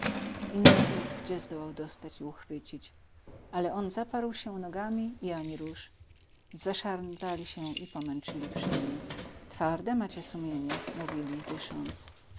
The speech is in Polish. inny znów gdzie zdołał dostać i uchwycić ale on zaparł się nogami i ani rusz zeszamotali się i pomęczyli przy nim twarde macie sumienie mówili dysząc